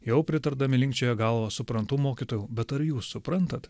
jau pritardami linkčioja galva suprantu mokytojau bet ar jūs suprantat